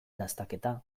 dastaketa